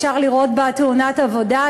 אפשר לראות בה תאונת עבודה,